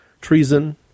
Treason